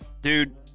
Dude